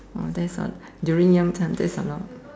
oh that's a during young time that's a lot